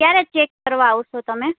ક્યારે ચેક કરવા આવશો તમે